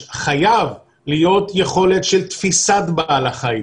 חייבת להיות יכולת של תפיסת בעל החיים,